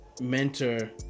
mentor